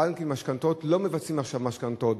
הבנקים למשכנתאות לא מבצעים עכשיו משכנתאות,